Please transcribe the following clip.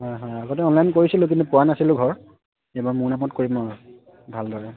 হয় হয় আগতে অনলাইন কৰিছিলোঁ কিন্তু পোৱা নাছিলোঁ ঘৰ এইবাৰ মোৰ নামত কৰিম আৰু ভালদৰে